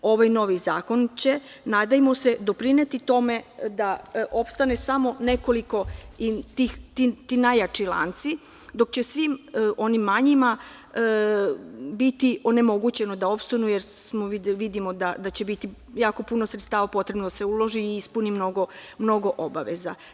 Ovaj zakon će, nadajmo se, doprineti tome da opstane samo nekoliko, ti najjači lanci, dok će svim onim manjima biti onemogućeno da opstanu, jer vidimo da će biti jako puno sredstava potrebno da se uloži i ispuni mnogo obaveza.